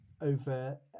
over